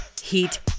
heat